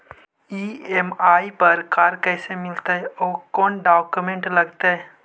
EMI पर car कैसे मिलतै औ कोन डाउकमेंट लगतै?